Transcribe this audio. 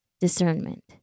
discernment